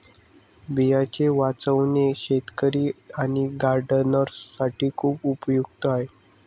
बियांचे वाचवणे शेतकरी आणि गार्डनर्स साठी खूप उपयुक्त आहे